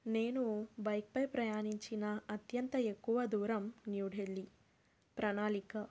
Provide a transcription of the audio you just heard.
నేను బైక్పై ప్రయాణించిన అత్యంత ఎక్కువ దూరం న్యూఢిల్లీ ప్రణాళిక